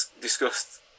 discussed